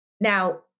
Now